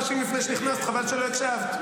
לפני שנכנסת, חבל שלא הקשבת.